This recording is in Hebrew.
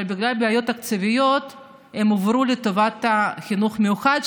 אבל בגלל בעיות תקציביות הם הועברו לטובת החינוך המיוחד,